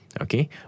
Okay